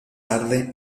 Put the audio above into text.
tarde